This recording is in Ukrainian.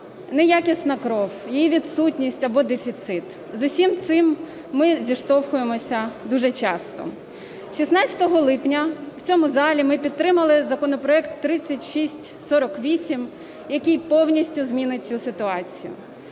Неякісна кров, її відсутність або дефіцит – з усім цим ми зіштовхуємося дуже часто. 16 липня в цьому залі ми підтримали законопроект 3648, який повністю змінить цю ситуацію.